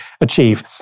achieve